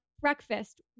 breakfast